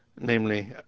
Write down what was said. namely